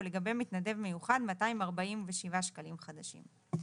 ולגבי מתנדב מיוחד - 247 שקלים חדשים,